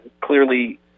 clearly